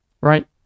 right